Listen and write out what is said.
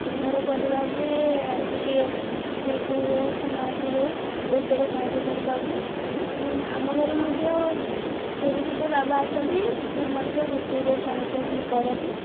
ଘର ପରିବାରରେ ଟିକେ ସ୍ତ୍ରୀକୁ ହଉ କି ମା'କୁ ହଉ ରୋଷେଇରେ ସାହାଯ୍ୟ କରିବା ଉଚିତ ଏବଂ ଆମ ଘରେ ମଧ୍ୟ ଯେବେ ଯେବେ ବାବା ଆସନ୍ତି ସିଏ ମଧ୍ୟ ରୋଷେଇରେ ସାହାଯ୍ୟ ଟିକେ କରନ୍ତି